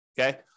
okay